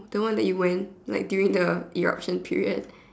the one that you went like during the eruption period